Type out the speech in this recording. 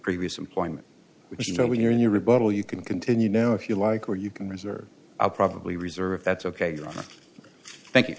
previous employment which you know when you're in your rebuttal you can continue now if you like or you can reserve i'll probably reserve if that's ok thank you